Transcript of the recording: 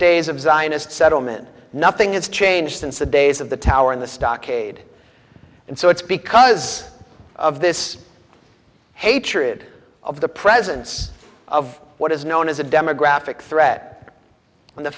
days of zionist settlement nothing has changed since the days of the tower in the stockade and so it's because of this hatred of the presence of what is known as a demographic threat and the